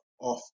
off